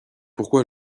pourquoi